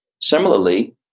Similarly